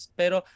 pero